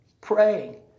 praying